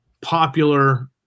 popular